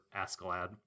Ascalad